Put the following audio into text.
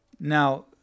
Now